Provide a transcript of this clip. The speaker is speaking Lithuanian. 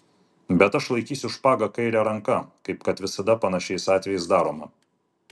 bet aš laikysiu špagą kaire ranka kaip kad visada panašiais atvejais daroma